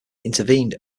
intervened